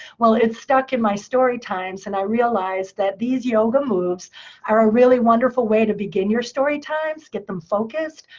well, it stuck in my story times, and i realized these yoga moves are a really wonderful way to begin your story times, get them focused.